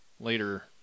later